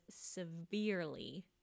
severely